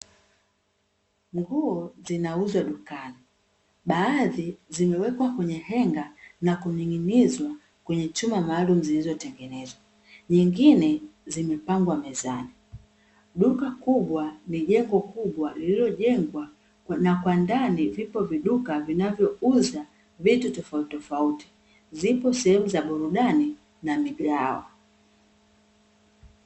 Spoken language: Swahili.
Nguo zinauzwa dukani. Baadhi zimewekwa kwenye henga na kuning'inizwa kwenye chuma maalumu zilizotengenezwa. Nyingine zimepanga mezani. Duka kubwa ni jengo kubwa lililojengwa na kwa ndani vipo viduka vinavyouza vitu tofautitofauti. Zipo sehemu za burudani na migahawa.